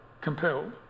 compelled